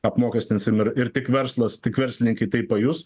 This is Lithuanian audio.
apmokestinsim ir ir tik verslas tik verslininkai tai pajus